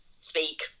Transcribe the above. speak